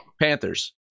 Panthers